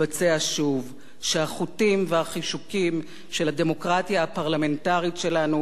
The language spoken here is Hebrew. שהחוטים והחישוקים של הדמוקרטיה הפרלמנטרית שלנו ייבקעו שוב